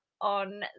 on